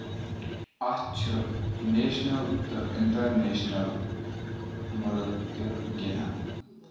اَتھ چھِ نیشنَل تہٕ اِنٹرنیشنَل مُلٔک تہِ گِندان